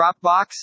Dropbox